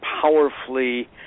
powerfully